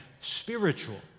spiritual